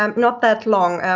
um not that long,